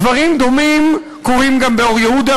דברים דומים קורים גם באור-יהודה,